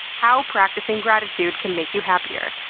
how practicing gratitude can make you happier.